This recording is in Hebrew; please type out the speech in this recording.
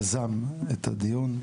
יזם את הדיון,